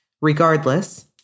Regardless